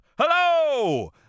Hello